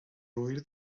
huir